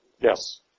Yes